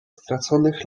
straconych